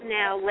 now